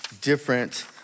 different